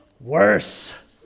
worse